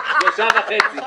שלושה וחצי.